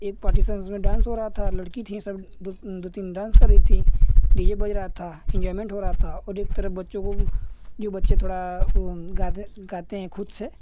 एक पार्टीशन्स में डान्स हो रहा था लड़की थी सब दो दो तीन डान्स कर रही थीं डी जे बज रहा था एन्ज़ॉयमेन्ट हो रहा था और एक तरफ़ बच्चों को जो बच्चे थोड़ा गाते गाते हैं ख़ुद से